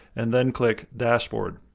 and then click, dashboard.